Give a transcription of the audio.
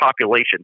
population